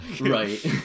Right